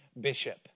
bishop